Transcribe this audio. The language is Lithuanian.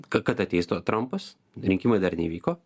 kad kad ateis tas trumpas rinkimai dar neįvyko